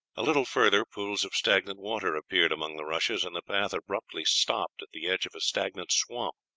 a little further pools of stagnant water appeared among the rushes, and the path abruptly stopped at the edge of a stagnant swamp,